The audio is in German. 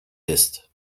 ist